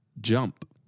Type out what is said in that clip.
JUMP